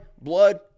Blood